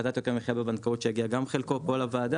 הפחתת יוקר המחייה בבנקאות שהגיעה גם חלקו פה לוועדה.